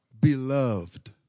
beloved